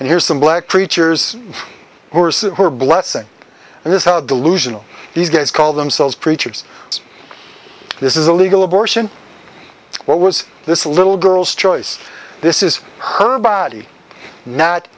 and here's some black preachers orsen her blessing and that's how delusional these guys call themselves preachers this is a legal abortion what was this little girl's choice this is her body not